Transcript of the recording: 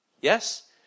Yes